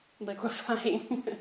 liquefying